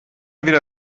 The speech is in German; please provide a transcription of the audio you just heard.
wieder